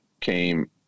came